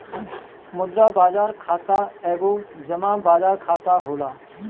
मुद्रा बाजार खाता एगो जमा बाजार खाता होला